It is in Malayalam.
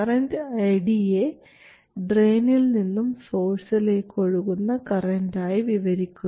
കറൻറ് ID യെ ഡ്രയിനിൽ നിന്നും സോഴ്സിലേക്ക് ഒഴുകുന്ന കറൻറ് ആയി വിവരിക്കുന്നു